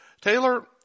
Taylor